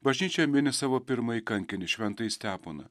bažnyčia mini savo pirmąjį kankinį šventąjį steponą